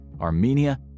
Armenia